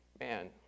Man